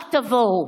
רק תבואו.